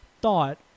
thought